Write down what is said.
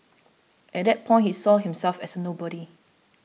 at that point he saw himself as a nobody